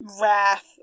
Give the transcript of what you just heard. wrath